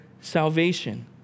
salvation